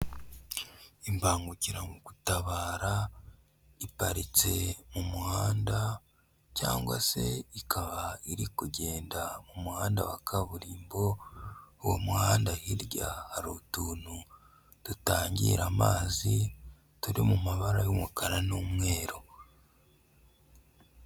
Imbangukira mu gutabara, iparitse mu muhanda cyangwa se ikaba iri kugenda mu muhanda wa kaburimbo, uwo muhanda hirya hari utuntu dutangira amazi, turi mu mabara y'umukara n'umweru.